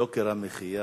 יוקר המחיה